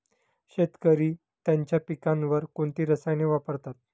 शेतकरी त्यांच्या पिकांवर कोणती रसायने वापरतात?